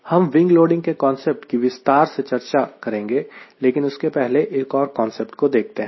हम wing loading के concept की विस्तार से चर्चा करेंगे लेकिन उसके पहले एक और कांसेप्ट को देखते हैं